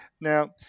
Now